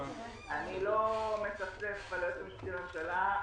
אני לא מצפצף על היועץ המשפטי לממשלה.